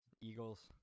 Eagles